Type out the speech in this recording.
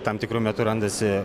tam tikru metu randasi